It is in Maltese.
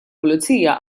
pulizija